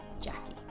Jackie